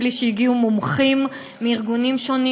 בלי שהגיעו מומחים מארגונים שונים